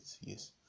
yes